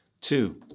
Two